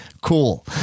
cool